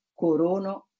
corono